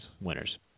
winners